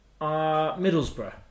Middlesbrough